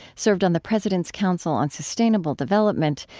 served on the president's council on sustainable development,